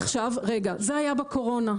עכשיו רגע, זה היה בקורונה.